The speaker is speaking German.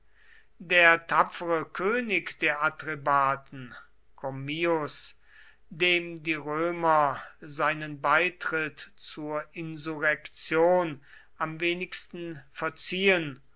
der tapfere könig der atrebaten commius dem die römer seinen beitritt zur insurrektion am wenigsten verziehen